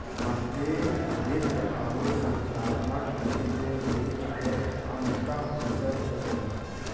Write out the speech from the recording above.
गणितीय वित्त आउर संख्यात्मक विधि के बीच एक अंतःविषय क्षेत्र हौ